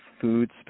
food